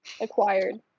acquired